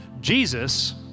Jesus